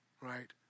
right